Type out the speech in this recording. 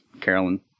Carolyn